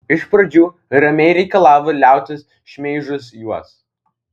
iš pradžių ramiai reikalavo liautis šmeižus juos